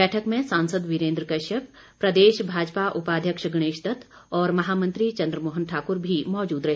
बैठक में सांसद वीरेन्द्र कश्यप प्रदेश भाजपा उपाध्यक्ष गणेश दत्त और महामंत्री चंद्रमोहन ठाकुर भी मौजूद रहे